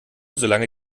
solange